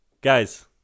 Guys